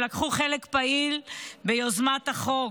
שלקחו חלק פעיל ביוזמת החוק.